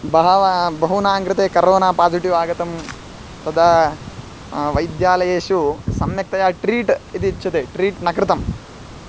बहवः बहूनाङ्कृते corona positive आगतं तदा वैद्यालयेषु सम्यक्तया ट्रीट् इति इच्छति ट्रीट् न कृतम्